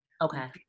Okay